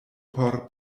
por